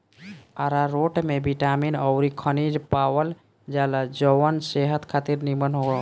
आरारोट में बिटामिन अउरी खनिज पावल जाला जवन सेहत खातिर निमन होला